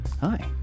Hi